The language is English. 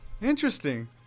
Interesting